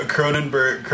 Cronenberg